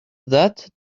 that